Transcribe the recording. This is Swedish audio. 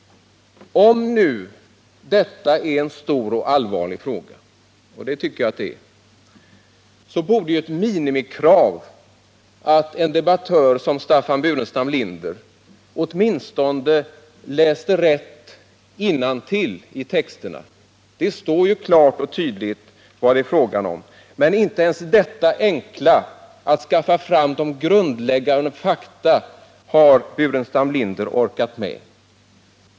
Om nu detta är en stor och allvarlig fråga — och det tycker jag den är — vore ett minimikrav att en debattör som Staffan Burenstam Linder åtminstone läste rätt innantill i texterna. Det står ju klart och tydligt vad det är fråga om. Men inte ens detta enkla — att skaffa fram grundläggande fakta — har Staffan Burenstam Linder orkat med.